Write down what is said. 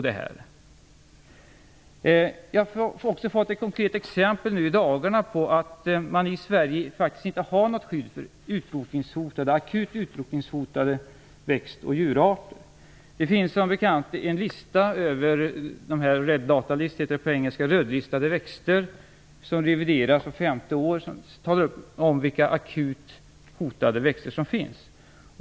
Jag har i dagarna fått ett konkret exempel på att man i Sverige faktiskt inte har något skydd för akut utrotningshotade växt och djurarter. Det finns som bekant en lista över sådana arter, "rödlistade växter". Listan revideras vart femte år. Där talar man om vilka akut hotade växter som finns.